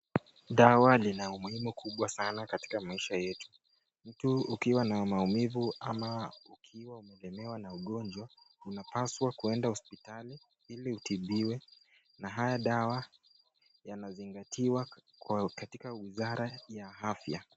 Dawa lina umehimu kubwa sana katika maisha yetu. Mtu ukiwa na maumivu ama ukiwa umelemewa na ugonjwa unapaswa kuenda hospitali ili utibiwe na haya dawa yanazingatiwa katika wizara ya afya.